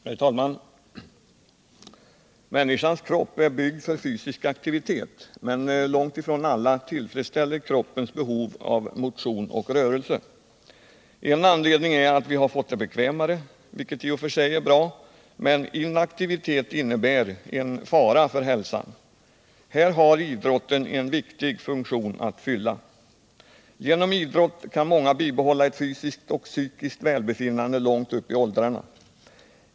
Herr talman! Människans kropp är byggd för fysisk aktivitet, men långt ifrån alla tillfredsställer kroppens behov av motion och rörelse. En anledning är att vi har fått det bekvämare, vilket i och för sig är bra, men inaktivitet innebär en fara för hälsan. Här har idrotten en viktig funktion att fylla. Genom idrott kan många bibehålla ett fysiskt och psykiskt välbefinnande långt upp i åldrarna.